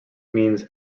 means